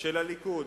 של הליכוד.